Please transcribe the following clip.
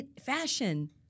fashion